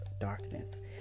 Darkness